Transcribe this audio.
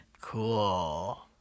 Cool